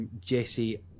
Jesse